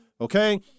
okay